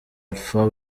alpha